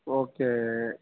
okay